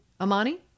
Amani